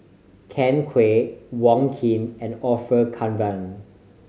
Ken Kwek Wong Keen and Orfeur Cavenagh